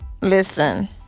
listen